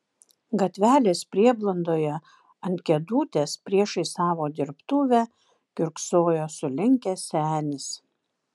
gatvelės prieblandoje ant kėdutės priešais savo dirbtuvę kiurksojo sulinkęs senis